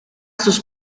sus